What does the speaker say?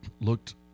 looked